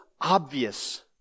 obvious